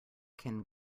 can